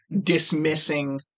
dismissing